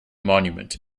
monument